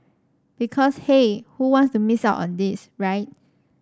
because hey who wants to miss out on this right